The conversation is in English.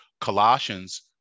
Colossians